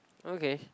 okay